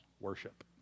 worship